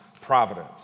providence